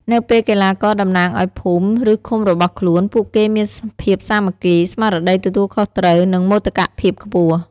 នៅពេលកីឡាករតំណាងឱ្យភូមិ ឬឃុំរបស់ខ្លួន ពួកគេមានភាពសាមគ្គី ស្មារតីទទួលខុសត្រូវ និងមោទកភាពខ្ពស់។